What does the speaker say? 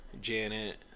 Janet